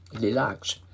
Relax